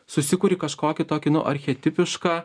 susikuri kažkokį tokį nu archetipišką